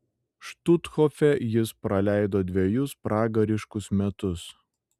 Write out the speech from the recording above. štuthofe jis praleido dvejus pragariškus metus